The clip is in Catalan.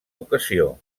ocasió